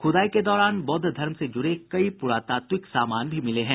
खुदाई के दौरान बौद्ध धर्म से जुड़े कई पुरातात्विक सामान भी मिले हैं